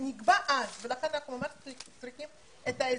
נקבע אז ולכן אנחנו צריכים את עזרתכם.